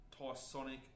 Tysonic